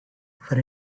for